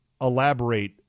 elaborate